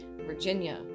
virginia